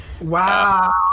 Wow